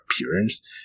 appearance